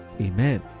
Amen